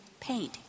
paint